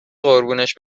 قربونش